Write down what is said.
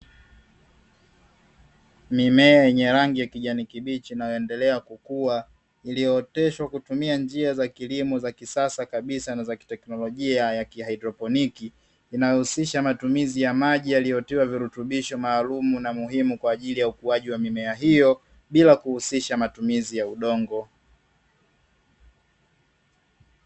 Mimea yenye rangi ya kijani kibichi inayoendelea kukua, iliyooteshwa kwa kutumia njia za kilimo za kisasa kabisa na za kiteknolojia ya kihaidroponiki, inayohusisha matumizi ya maji yaliyotiwa virutubisho maalumu na muhimu kwa ajili ya ukuaji wa mimea hiyo bila kuhusisha matumizi ya udongo.